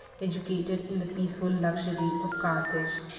educated in the peaceful luxury of carthage.